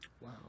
wow